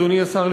אדוני השר,